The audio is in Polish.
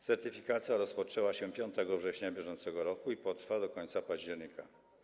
Certyfikacja rozpoczęła się 5 września br. i potrwa do końca października.